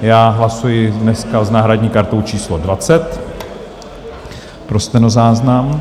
Já hlasuji dneska s náhradní kartou číslo 20 pro stenozáznam.